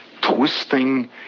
twisting